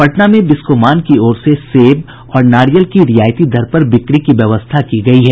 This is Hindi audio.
पटना में बिस्कोमान की ओर से सेब और नारियल की रियायती दर पर बिक्री की व्यवस्था की गयी है